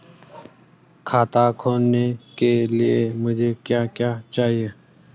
खाता खोलने के लिए मुझे क्या क्या चाहिए?